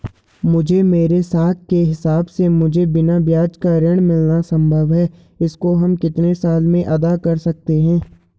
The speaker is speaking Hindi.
मुझे मेरे साख के हिसाब से मुझे बिना ब्याज का ऋण मिलना संभव है इसको हम कितने साल में अदा कर सकते हैं?